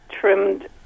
trimmed